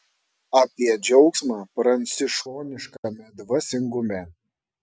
apie džiaugsmą pranciškoniškame dvasingume